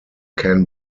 can